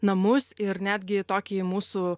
namus ir netgi tokį mūsų